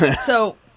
So-